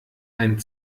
ein